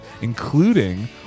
including